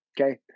okay